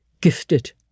gifted